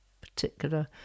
particular